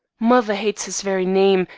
mother hates his very name,